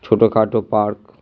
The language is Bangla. ছোটোখাটো পার্ক